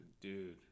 Dude